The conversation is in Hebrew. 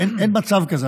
אין מצב כזה.